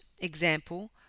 example